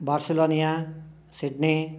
बार्शलोनिया Sydney